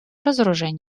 разоружении